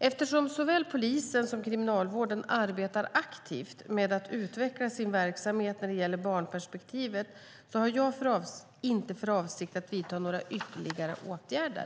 Eftersom såväl Polisen som Kriminalvården arbetar aktivt med att utveckla sin verksamhet när det gäller barnperspektivet har jag inte för avsikt att vidta några ytterligare åtgärder.